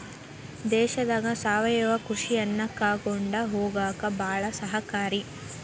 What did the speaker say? ದೇಶದಾಗ ಸಾವಯವ ಕೃಷಿಯನ್ನಾ ಕಾಕೊಂಡ ಹೊಗಾಕ ಬಾಳ ಸಹಕಾರಿ